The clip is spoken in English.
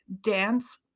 dance